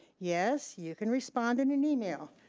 yes, you can respond in an email,